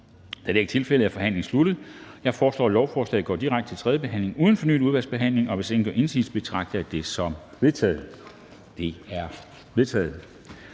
Da det ikke er tilfældet, er forhandlingen sluttet. Jeg foreslår, at lovforslaget går direkte til tredje behandling uden fornyet udvalgsbehandling. Hvis ingen gør indsigelse, betragter jeg det som vedtaget. Det er vedtaget.